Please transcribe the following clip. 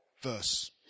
verse